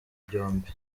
byombi